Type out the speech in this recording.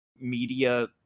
media